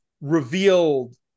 revealed